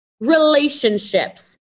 relationships